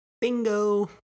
Bingo